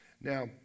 Now